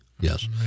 Yes